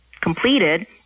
completed